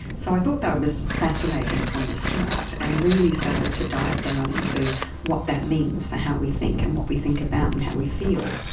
so i thought that was fascinating from the start and really started to dive down into what that means for how we think and what we think about and how we feel.